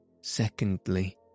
Secondly